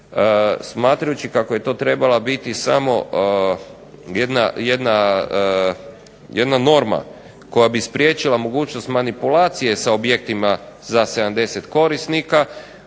smatrajući kako je to trebala biti samo jedna norma koja bi spriječila mogućnost manipulacije sa objektima za 70 korisnika.